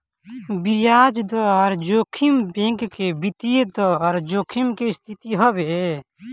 बियाज दर जोखिम बैंक के वित्तीय दर जोखिम के स्थिति हवे